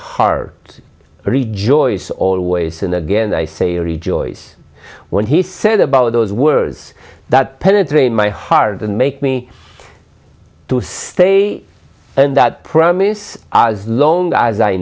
heart rejoice always and again i say rejoice when he said about those words that penetrate in my heart and make me to stay in that promise as long as i